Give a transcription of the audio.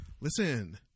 listen